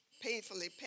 painfully